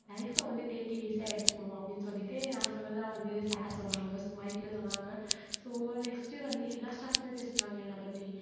லைஃப்பை வந்து take it ஈஸியாக எடுத்துக்கணும் அப்படின் சொல்லிவிட்டு நான் சொன்னதாக வந்து சார் சொன்னாங்க ஸ் மைக்கில் சொன்னாங்க ஸோ நெக்ஸ்ட்டு வந்து எல்லா ஸ்டாஃப்மே பேசினாங்க என்னை பற்றி